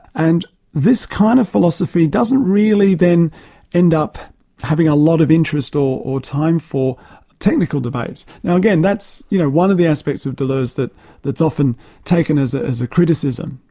and this kind of philosophy doesn't really then end up having a lot of interest or or time for technical debates. now again, that's you know one of the aspects of deleuze that's often taken as ah as a criticism,